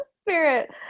spirit